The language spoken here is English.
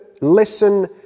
listen